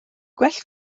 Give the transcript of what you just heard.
gwell